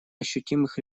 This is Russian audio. ощутимых